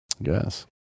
Yes